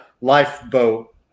lifeboat